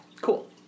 Cool